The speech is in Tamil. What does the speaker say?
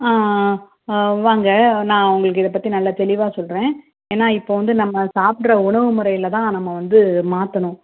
ஆ ஆ ஆ வாங்க நான் உங்களுக்கு இதைப் பற்றி நல்லா தெளிவாக சொல்கிறேன் ஏன்னால் இப்போ வந்து நம்ம சாப்பிட்ற உணவுமுறையில் தான் நம்ம வந்து மாற்றணும்